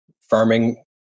farming